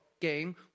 game